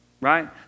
Right